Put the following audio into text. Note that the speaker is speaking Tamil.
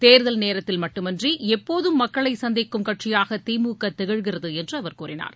தேர்தல் நேரத்தில் மட்டுமின்றி எப்போதும் மக்களை சந்திக்கும் கட்சியாக திமுக திகழ்கிறது என்று அவர் கூறினார்